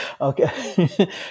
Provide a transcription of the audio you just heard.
Okay